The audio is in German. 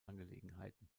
angelegenheiten